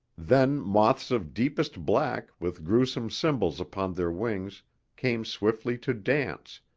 then moths of deepest black with gruesome symbols upon their wings came swiftly to dance,